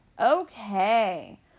Okay